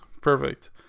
Perfect